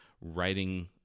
writing